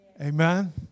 Amen